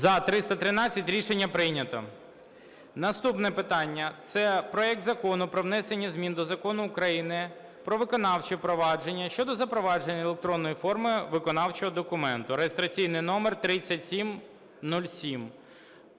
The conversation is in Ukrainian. За-313 Рішення прийнято. Наступне питання – це проект Закону про внесення змін до Закону України "Про виконавче провадження" щодо запровадження електронної форми виконавчого документу (реєстраційний номер 3707).